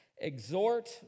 Exhort